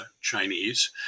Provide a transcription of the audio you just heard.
Chinese